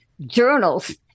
journals